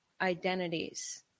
identities